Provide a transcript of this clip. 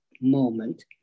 moment